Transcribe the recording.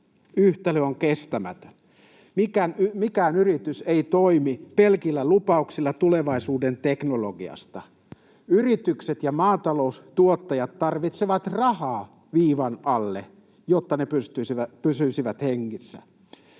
yhtälö on kestämätön. Mikään yritys ei toimi pelkillä lupauksilla tulevaisuuden teknologiasta. Yritykset ja maataloustuottajat tarvitsevat rahaa viivan alle, jotta ne pysyisivät hengissä.